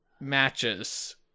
matches